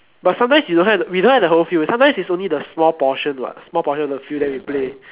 but sometimes you don't have we don't have the whole field sometimes it's only the small portion what small portion of the field then we play